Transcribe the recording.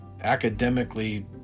academically